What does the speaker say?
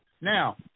now